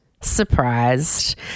surprised